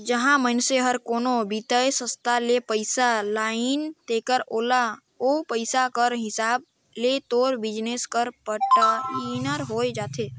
जहां मइनसे हर कोनो बित्तीय संस्था ले पइसा लानिस तेकर ओला ओ पइसा कर हिसाब ले तोर बिजनेस कर पाटनर होए जाथे